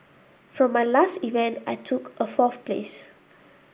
for my last event I took a fourth place